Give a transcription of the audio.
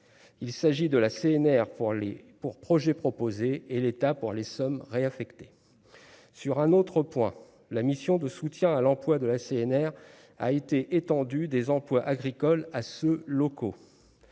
il s'agit de la CNR pour les pour projet proposé et l'État pour les sommes réaffectés sur un autre point : la mission de soutien à l'emploi de la CNR a été étendue des emplois agricoles à ce locaux